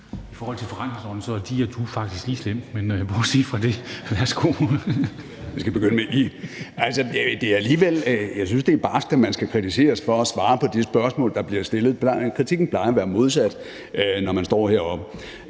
I forhold til forretningsordenen er De og du faktisk lige slemt. Men bortset fra det: Værsgo til hr. Jakob Ellemann-Jensen. Kl. 14:02 Jakob Ellemann-Jensen (V): Jeg synes, det er barsk, at man skal kritiseres for at svare på de spørgsmål, der bliver stillet. Kritikken plejer at være af det modsatte, når man står heroppe.